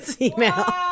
email